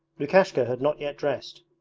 lukashka had not yet dressed.